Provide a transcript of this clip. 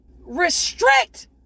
restrict